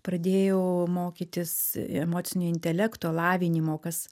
pradėjau mokytis emocinio intelekto lavinimo kas